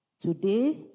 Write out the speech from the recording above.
Today